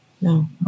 No